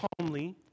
calmly